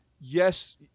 Yes